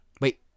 Wait